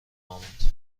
آمد